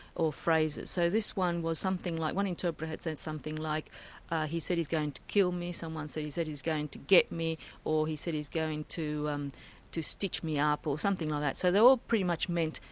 or phrases. so this one was something like, one interpreter had said something like he said he's going to kill me someone so said, he's going to get me or he said he's going to um to stitch me ah up or something like that. so they all pretty much meant,